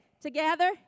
Together